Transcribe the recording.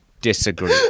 disagree